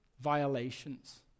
Violations